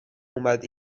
اومد